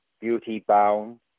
beauty-bound